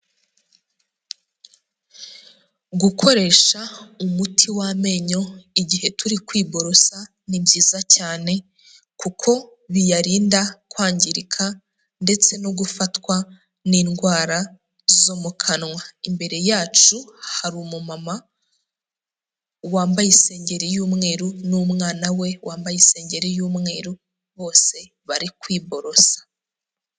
Gukoresha umuti w'amenyo igihe turi kwiborosa ni byiza cyane, kuko biyarinda kwangirika, ndetse no gufatwa n'indwara zo mu kanwa, imbere yacu hari umumama wambaye isengeri y'umweru n'umwana we wambaye isengeri y'umweru, bose bari kwiborosa.